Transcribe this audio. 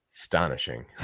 Astonishing